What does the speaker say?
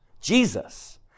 Jesus